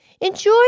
Enjoy